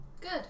good